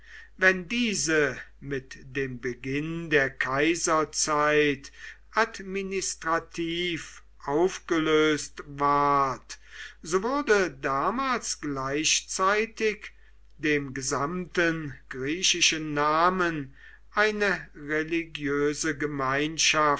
wenn diese mit dem beginn der kaiserzeit administrativ aufgelöst ward so wurde damals gleichzeitig dem gesamten griechischen harnen eine religiöse